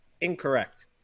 Incorrect